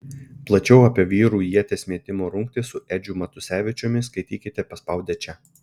plačiau apie vyrų ieties metimo rungtį su edžiu matusevičiumi skaitykite paspaudę čia